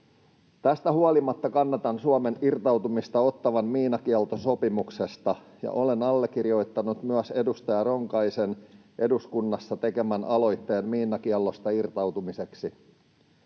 Tästä huolimatta kannatan Suomen irtautumista Ottawan miinakieltosopimuksesta, ja olen allekirjoittanut myös edustaja Ronkaisen eduskunnassa tekemän aloitteen miinakiellosta irtautumiseksi.